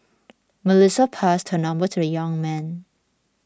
Melissa passed her number to the young man